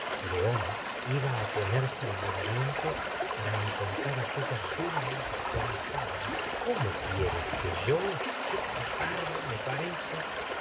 león iba á ponerse en movimiento para encontrar aquella suma indispensable cómo quieres que yo qué cobarde me pareces